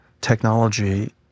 technology